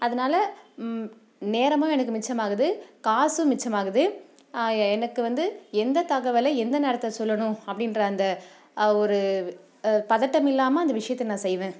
அதனால நேரமும் எனக்கு மிச்சமாகுது காசும் மிச்சமாகுது எனக்கு வந்து எந்த தகவலை எந்த நேரத்தில் சொல்லணும் அப்படின்ற அந்த ஒரு பதட்டமில்லாமல் அந்த விஷயத்த நான் செய்வேன்